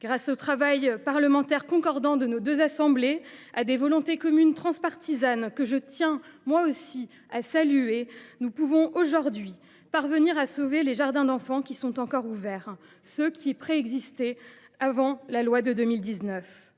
Grâce au travail parlementaire concordant de nos deux assemblées, grâce à des volontés communes, transpartisanes, que je tiens, moi aussi, à saluer, nous pouvons aujourd’hui sauver les jardins d’enfants qui sont encore ouverts, du moins ceux qui préexistaient à la loi de 2019.